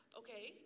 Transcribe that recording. okay